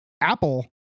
apple